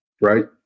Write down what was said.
right